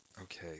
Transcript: Okay